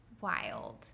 wild